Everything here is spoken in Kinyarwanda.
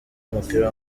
w’umupira